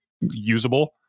usable